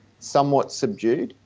somewhat subdued,